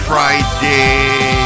Friday